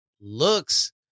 looks